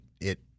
it-